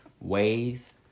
ways